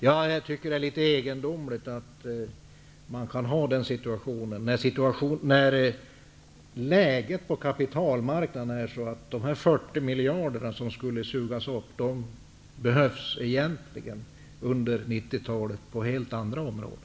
Jag tycker att det är litet egendomligt att man kan ha den inställning som Olle Lindström är talesman för, när läget på kapitalmarknaden är sådant att de 40 miljarder som skulle sugas upp under 90-talet behövs på helt andra områden.